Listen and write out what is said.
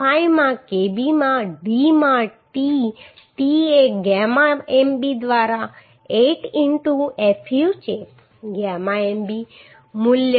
5 માં Kb માં d માં t t એ ગામા mb દ્વારા 8 ino fu છે ગામા mb મૂલ્ય 1